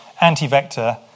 anti-vector